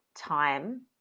time